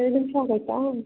ಎರಡು ನಿಮಿಷ ಬೇಕಾ